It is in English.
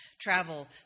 travel